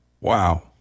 Wow